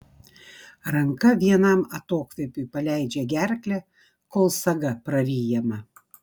ranka vienam atokvėpiui paleidžia gerklę kol saga praryjama